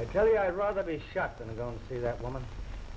i tell you i'd rather be shot than to go and see that woman